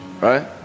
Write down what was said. Right